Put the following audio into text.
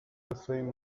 swim